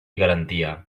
garantia